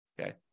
Okay